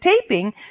taping